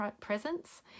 presence